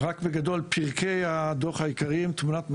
בגדול, פרקי הדוח העיקריים הם: תמונת מצב,